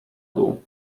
dół